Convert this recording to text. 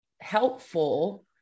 helpful